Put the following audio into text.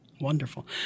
Wonderful